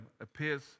appears